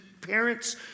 parents